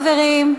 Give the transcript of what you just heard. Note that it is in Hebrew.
חברים,